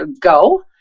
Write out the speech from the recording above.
go